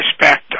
respect